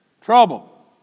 trouble